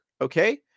Okay